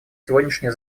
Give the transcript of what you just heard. сегодняшнее